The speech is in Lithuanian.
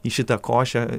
į šitą košę